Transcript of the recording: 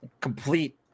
Complete